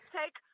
take